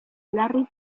larry